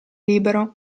libero